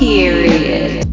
Period